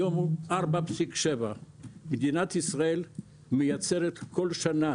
היום הוא 4.7%. מדינת ישראל מייצרת כל שנה